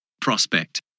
prospect